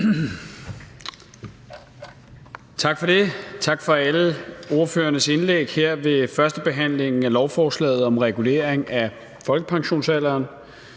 Hummelgaard): Tak for alle ordførernes indlæg her ved førstebehandlingen af lovforslaget om regulering af folkepensionsalderen.